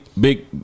big